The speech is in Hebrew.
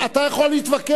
אתה יכול להתווכח,